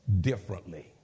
differently